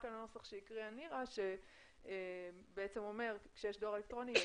על הנוסח שהקריאה נירה שבעצם אומר שכאשר יש דואר אלקטרוני,